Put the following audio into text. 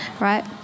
right